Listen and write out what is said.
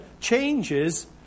changes